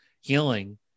healing